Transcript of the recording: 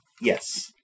Yes